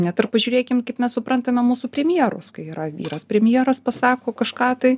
net ir pažiūrėkim kaip mes suprantame mūsų premjerus kai yra vyras premjeras pasako kažką tai